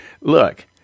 Look